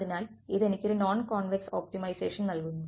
അതിനാൽ ഇത് എനിക്ക് ഒരു നോൺ കോൺവെക്സ് ഒപ്റ്റിമൈസേഷൻ നൽകുന്നു